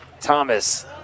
Thomas